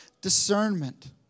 discernment